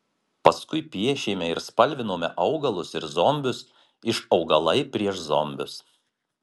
paskui piešėme ir spalvinome augalus ir zombius iš augalai prieš zombius